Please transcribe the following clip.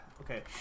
Okay